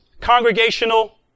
congregational